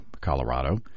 Colorado